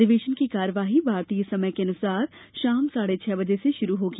अधिवेशन की कार्यवाही भारतीय समयानुसार शाम साढ़े छह बजे से शुरू होगी